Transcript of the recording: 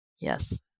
Yes